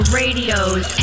radios